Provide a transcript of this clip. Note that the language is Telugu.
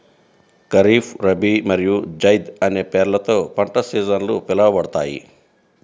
ఖరీఫ్, రబీ మరియు జైద్ అనే పేర్లతో పంట సీజన్లు పిలవబడతాయి